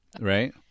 right